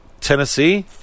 tennessee